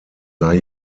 sah